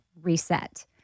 reset